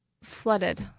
flooded